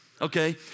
Okay